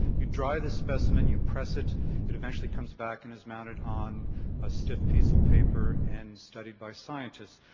you dry the specimen, you press it, it eventually comes back and is mounted on a stiff piece of paper and studied by scientists.